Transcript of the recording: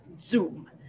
zoom